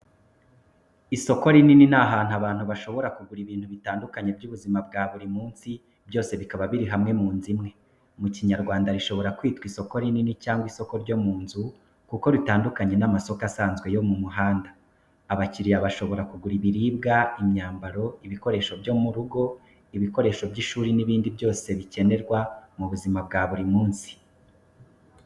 Isoko rinini ni ahantu abantu bashobora kugura ibintu bitandukanye by’ubuzima bwa buri munsi, byose bikaba biri hamwe mu nzu imwe. Mu kinyarwanda, ishobora kwitwa “Isoko rinini” cyangwa “Isoko ryo mu nzu”, kuko ritandukanye n’amasoko asanzwe yo mu muhanda. Abakiriya bashobora kugura ibiribwa, imyambaro, ibikoresho byo mu rugo, ibikoresho by’ishuri n’ibindi byose bikenerwa mu buzima bwa buri munsi.